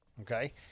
okay